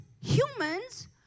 humans